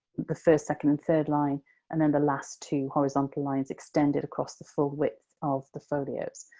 the first, second, and third line and then the last two horizontal lines extended across the full width of the folios.